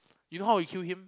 you know how he kill him